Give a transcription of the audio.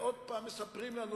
ועוד פעם מספרים לנו,